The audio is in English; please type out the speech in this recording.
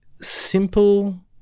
simple